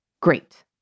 Great